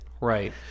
right